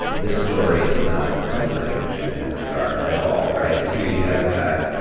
this story is not comforting in that regard, at all. right? because here you have a guy,